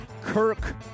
Kirk